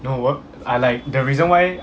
no 我 I like the reason why